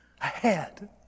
ahead